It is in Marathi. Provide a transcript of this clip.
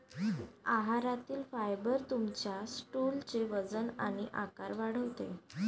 आहारातील फायबर तुमच्या स्टूलचे वजन आणि आकार वाढवते